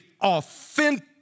authentic